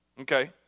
okay